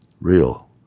real